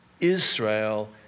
Israel